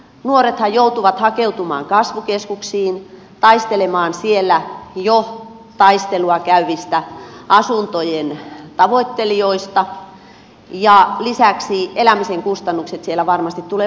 nuorethan joutuvat hakeutumaan kasvukeskuksiin taistelemaan siellä jo taistelua käyvien asuntojen tavoittelijoiden kanssa ja lisäksi elämisen kustannukset siellä varmasti tulevat kalliimmiksi